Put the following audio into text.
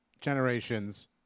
Generations